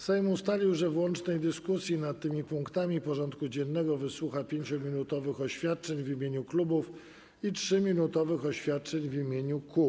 Sejm ustalił, że w łącznej dyskusji nad tymi punktami porządku dziennego wysłucha 5-minutowych oświadczeń w imieniu klubów i 3-minutowych oświadczeń w imieniu kół.